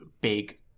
big